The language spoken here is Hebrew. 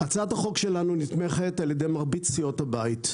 הצעת החוק שלנו נתמכת על ידי מרבית סיעות הבית,